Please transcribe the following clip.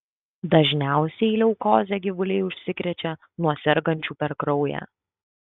dažniausiai leukoze gyvuliai užsikrečia nuo sergančių per kraują